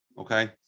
Okay